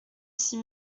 six